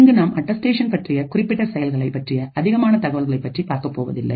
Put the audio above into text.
இங்கு நாம் அட்டஸ்டேஷன் பற்றிய குறிப்பிட்ட செயல்களை பற்றிய அதிகமான தகவல்களைப் பற்றி பார்க்கப்போவதில்லை